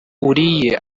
uriye